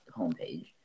homepage